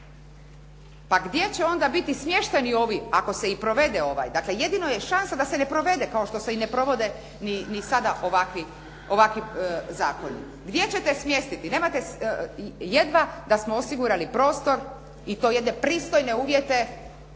Pa gdje će onda biti smješteni ovi ako se i provede ovaj. Dakle, jedino je šansa da se ne provede kao što se i ne provode ni sada ovakvi zakoni. Gdje ćete smjestiti? Nemate, jedva da smo osigurali prostor i to jedne pristojne uvjete